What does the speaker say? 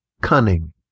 Cunning